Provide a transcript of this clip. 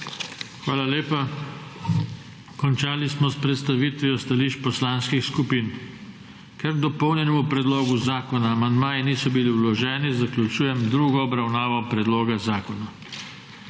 Hvala lepa. Končali smo s predstavitvijo stališč poslanskih skupin. Ker k dopolnjenemu predlogu zakona amandmaji niso bili vloženi, zaključujem drugo obravnavo predloga zakona.